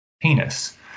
Penis